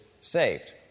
saved